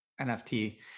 NFT